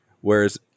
Whereas